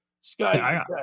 Sky